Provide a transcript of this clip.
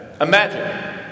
Imagine